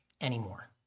anymore